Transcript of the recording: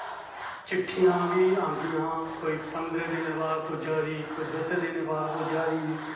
चिट्ठियां बी आंदिया हां कोई पंदरां दिनें बाद कोई पुज्जा दी कोई दस्सें दिनें बाद पुज्जा दी